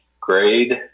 grade